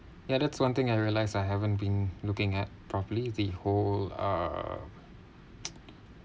ya that's one thing I realised I haven't been looking at properly the whole uh